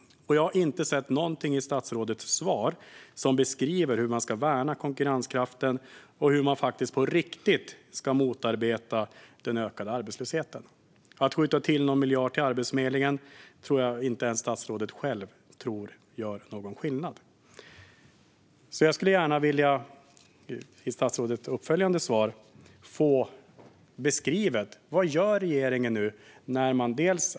Jag har inte sett någonting i statsrådets svar som beskriver hur man ska värna konkurrenskraften och hur man på riktigt ska motarbeta den ökande arbetslösheten. Jag tror inte ens att statsrådet själv tror att det gör någon skillnad att skjuta till någon miljard till Arbetsförmedlingen. I statsrådets uppföljande svar skulle jag gärna vilja få beskrivet vad regeringen gör nu.